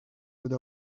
would